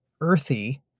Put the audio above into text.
earthy